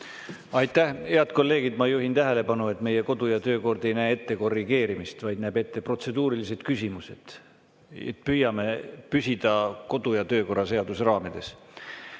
Aitäh! Head kolleegid! Ma juhin tähelepanu, et meie kodu‑ ja töökord ei näe ette korrigeerimist, vaid näeb ette protseduurilised küsimused. Püüame püsida kodu‑ ja töökorra seaduse raamides.